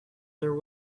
their